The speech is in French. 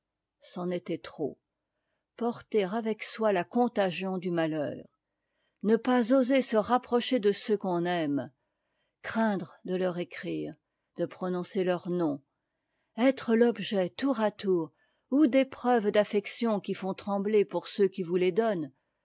c'en était trop porter avec soi la contagion du malheur ne pas oser se rapprocher de ceux qu'on aime craindre de leur écrire de prononcer leur nom être l'objet tour à tour ou des preuves d'affection qui font trembler pour ceux qui vous les donnent